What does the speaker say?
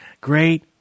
Great